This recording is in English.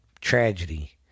tragedy